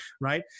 Right